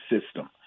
system